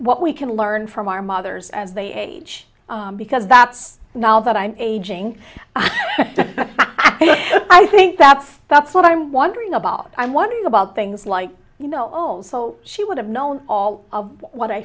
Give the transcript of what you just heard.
what we can learn from our mothers as they age because that's not all that i'm aging i think that's that's what i'm wondering about i'm wondering about things like you know also she would have known all of what i